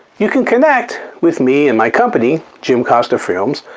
you can connect with me and my company, jim costa films,